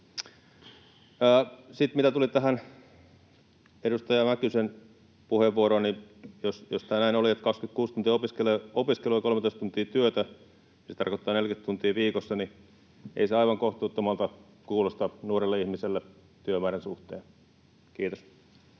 Sitten mitä tulee tähän edustaja Mäkysen puheenvuoroon, niin jos tämä näin oli, että 26 tuntia opiskelua ja 13 tuntia työtä, niin se tarkoittaa 40 tuntia viikossa, eikä se aivan kohtuuttomalta kuulosta nuorelle ihmiselle työmäärän suhteen. — Kiitos.